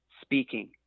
speaking